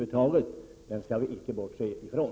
Det skall vi inte bortse från.